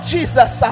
Jesus